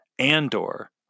Andor